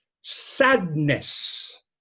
sadness